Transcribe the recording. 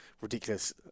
ridiculous